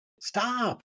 stop